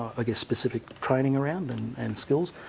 i guess, specific training around and and skills,